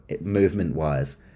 movement-wise